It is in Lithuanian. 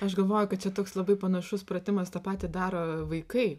aš galvoju kad čia toks labai panašus pratimas tą patį daro vaikai